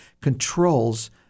controls